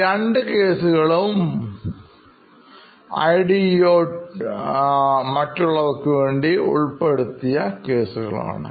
ഈ രണ്ടു കേസുകളുംideo മറ്റുള്ളവർക്കുവേണ്ടി ഉൾപ്പെടുത്തിയ കേസുകളാണ്